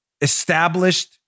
established